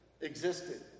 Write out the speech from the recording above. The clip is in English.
existed